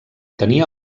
tenia